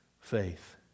faith